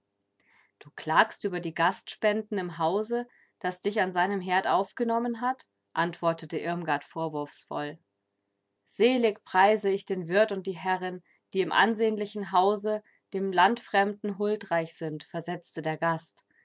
du klagst über die gastspenden im hause das dich an seinem herd aufgenommen hat antwortete irmgard vorwurfsvoll selig preise ich den wirt und die herrin die im ansehnlichen hause dem landfremden huldreich sind versetzte der gast